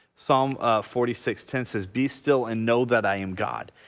psalm ah forty six ten says be still and know that i am god.